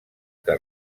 que